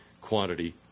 quantity